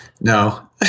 no